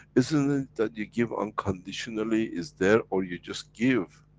isn't it that you give unconditionally, is there or you just give?